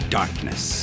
darkness